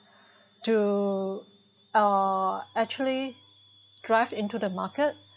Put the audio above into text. to uh actually craft into the market